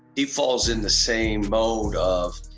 he falls in the same mode of,